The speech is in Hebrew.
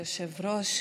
כבוד היושב-ראש,